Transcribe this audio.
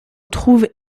trouve